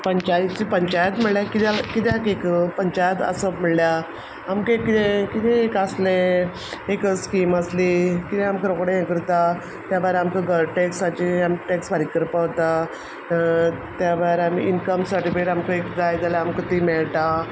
पंचायतीची पंचायत म्हणल्यार कित्या कित्याक एक पंचायत आसप म्हणल्यार आमकां एक कितें कितें एक आसलें एक स्किम आसली ती आमक रोखडें हें करता त्या भायर आमकां घर टॅक्साचें टॅक्स फारीक करपा वता त्या भायर आमी इनकम सर्टिफिकेट आमकां एक जाय जाल्यार आमकां ती मेळटा